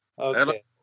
okay